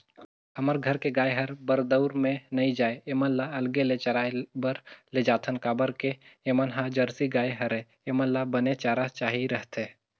हमर घर के गाय हर बरदउर में नइ जाये ऐमन ल अलगे ले चराए बर लेजाथन काबर के ऐमन ह जरसी गाय हरय ऐेमन ल बने चारा चाही रहिथे